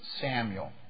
Samuel